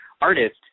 artist